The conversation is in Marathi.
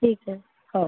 ठीक आहे हो